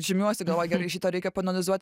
žymiuosi galvoju gerai šitą reikia paanalizuot